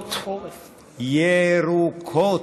השדות ירוקות,